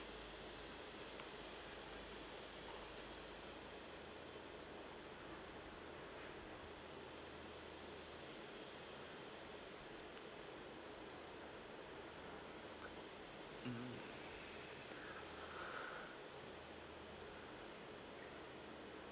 mm